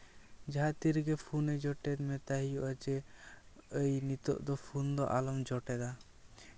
ᱡᱟᱦᱟᱸ ᱛᱤ ᱨᱮᱜᱮ ᱯᱷᱳᱱᱮ ᱡᱳᱴᱮᱫ ᱢᱮᱛᱟᱭ ᱦᱩᱭᱩᱜᱼᱟ ᱡᱮ ᱮᱭ ᱱᱤᱛᱚᱜ ᱫᱚ ᱯᱷᱩᱱ ᱫᱚ ᱟᱞᱚᱢ ᱡᱚᱴᱮᱫᱟ